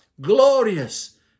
glorious